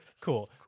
cool